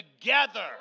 together